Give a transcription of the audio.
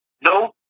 No